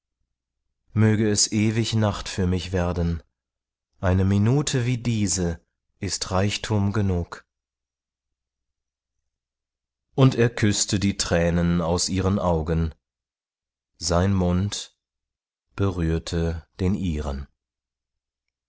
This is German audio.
möge es ewig nacht für mich werden eine minute wie diese ist reichtum genug und er küßte die thränen aus ihren augen sein mund berührte den ihren